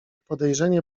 podejrzenie